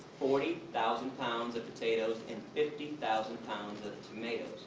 forty thousand pounds of potatoes and fifty thousand pounds of tomatoes.